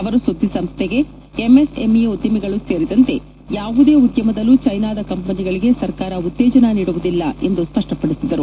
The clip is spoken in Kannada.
ಅವರು ಸುದ್ದಿಸಂಸ್ದೆಗೆ ಎಂಎಸ್ ಎಂಇ ಉದ್ದಿಮೆಗಳು ಸೇರಿದಂತೆ ಯಾವುದೇ ಉದ್ಯಮದಲ್ಲೂ ಚೈನಾದ ಕಂಪನಿಗಳಿಗೆ ಸರ್ಕಾರ ಉತ್ತೇಜನ ನೀಡುವುದಿಲ್ಲ ಎಂದು ಸ್ಪಷ್ಟಪದಿಸಿದರು